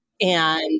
and-